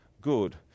good